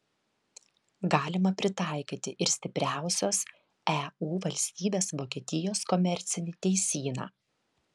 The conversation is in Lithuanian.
galima pritaikyti ir stipriausios eu valstybės vokietijos komercinį teisyną